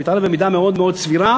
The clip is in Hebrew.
אני מתערב במידה מאוד סבירה,